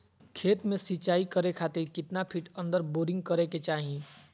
खेत में सिंचाई करे खातिर कितना फिट अंदर बोरिंग करे के चाही?